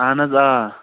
اَہن حظ آ